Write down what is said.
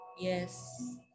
yes